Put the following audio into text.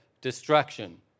destruction